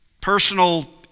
personal